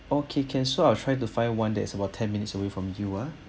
okay can so I'll try to find one that is about ten minutes away from you ah